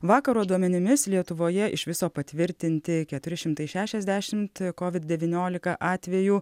vakaro duomenimis lietuvoje iš viso patvirtinti keturi šimtai šešiasdešimt kovid devyniolika atvejų